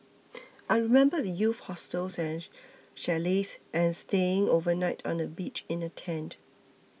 I remember the youth hostels chalets and staying overnight on the beach in a tent